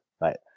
right